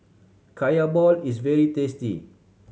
Kaya ball is very tasty